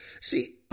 See